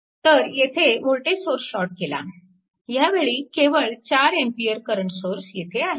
तर येथे voltage source short केला ह्या वेळी केवळ 4A करंट सोर्स येथे आहे